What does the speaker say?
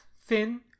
thin